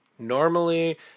Normally